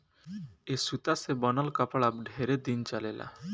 ए सूता से बनल कपड़ा ढेरे दिन चलेला